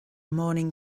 morning